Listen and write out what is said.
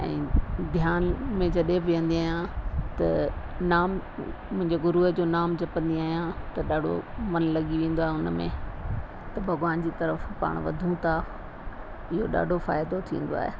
ऐं ध्यान में जॾहिं बि वेंदी आहियां त नाम मुंहिंजे गुरुअ जो नाम जपंदी आयां त ॾाढो मन लॻी वेंदो आहे उन में त भॻिवान जी तर्फ़ु पाण वधूं था इहो ॾाढो फ़ाइदो थींदो आहे